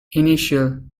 initial